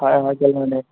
হয় হয়